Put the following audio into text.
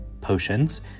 potions